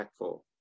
impactful